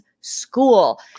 school